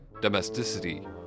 domesticity